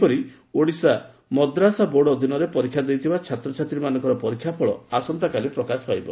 ସେହିପରି ଓଡ଼ିଶା ମଦ୍ରାସା ବୋର୍ଡ ଅଧିନରେ ପରୀକ୍ଷା ଦେଇଥିବା ଛାତ୍ରଛାତ୍ରୀମାନଙ୍କର ପରୀକ୍ଷା ଫଳ ଆସନ୍ତାକାଲି ପ୍ରକାଶ ପାଇବ